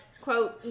quote